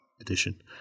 edition